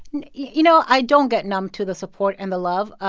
you know, i don't get numb to the support and the love.